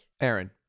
Aaron